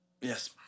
Yes